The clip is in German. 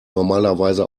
normalerweise